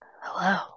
Hello